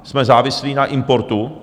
Jsme závislí na importu.